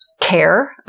care